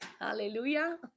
hallelujah